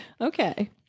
Okay